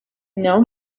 know